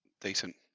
decent